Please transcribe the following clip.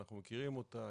אנחנו מכירים אותה,